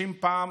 60 פעמים